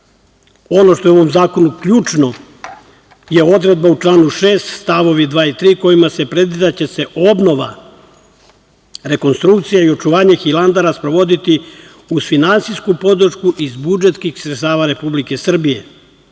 što je u ovom zakonu ključno je odredba u članu 6. stavovi 2. i 3. kojima se predviđa da će se obnova, rekonstrukcija i očuvanje Hilandara sprovoditi uz finansijsku podršku iz budžetskih sredstava Republike Srbije